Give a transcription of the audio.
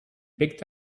picked